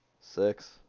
Six